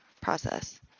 process